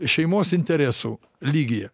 šeimos interesų lygyje